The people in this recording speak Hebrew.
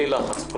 מה קורה